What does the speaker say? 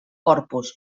corpus